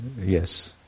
yes